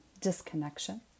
disconnection